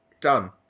done